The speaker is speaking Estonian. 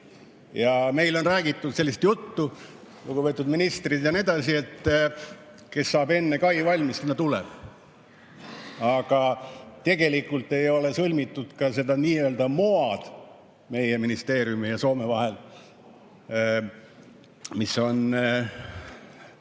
Meile on räägitud sellist juttu, lugupeetud ministrid on rääkinud, et kes saab enne kai valmis, sinna tuleb. Aga tegelikult ei ole sõlmitud ka seda nii-öelda MOA-d meie ministeeriumi ja Soome vahel.